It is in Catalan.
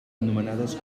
anomenades